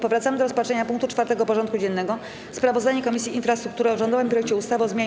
Powracamy do rozpatrzenia punktu 4. porządku dziennego: Sprawozdanie Komisji Infrastruktury o rządowym projekcie ustawy o zmianie